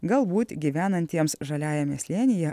galbūt gyvenantiems žaliajame slėnyje